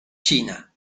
china